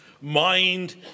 mind